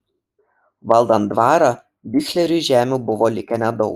valdant dvarą biuchleriui žemių buvo likę nedaug